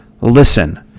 listen